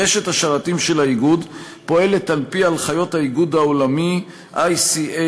רשת השרתים של האיגוד פועלת על-פי הנחיות האיגוד העולמי ICANN,